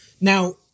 Now